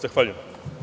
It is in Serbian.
Zahvaljujem.